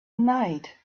night